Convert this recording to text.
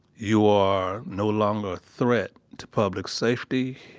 you are no longer a threat to public safety.